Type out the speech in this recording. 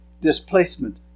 displacement